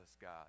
God